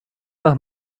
nach